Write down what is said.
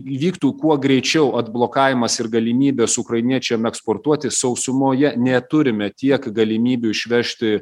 įvyktų kuo greičiau atblokavimas ir galimybės ukrainiečiam eksportuoti sausumoje neturime tiek galimybių išvežti